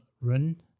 run